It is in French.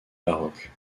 baroque